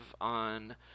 on